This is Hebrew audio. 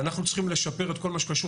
אנחנו צריכים לשפר את כל מה שקשור